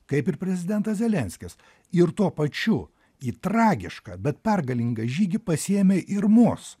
kaip ir prezidentas zelenskis ir tuo pačiu į tragišką bet pergalingą žygį pasiėmė ir mus